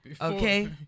okay